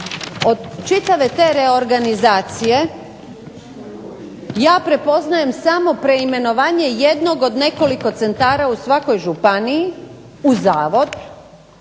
Od čitave te reorganizacije ja prepoznajem samo preimenovanje jednog od nekoliko centara u svakoj županiji u zavod